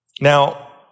Now